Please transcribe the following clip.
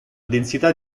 densità